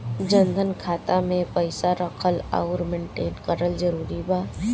जनधन खाता मे पईसा रखल आउर मेंटेन करल जरूरी बा?